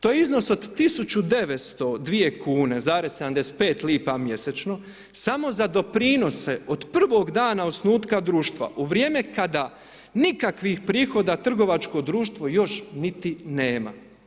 To je iznos od 1.902,75 kune mjesečno samo za doprinose od prvog dana osnutka društva u vrijeme kada nikakvih prihoda trgovačko društvo još niti nema.